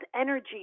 energy